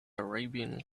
arabian